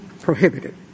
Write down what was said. prohibited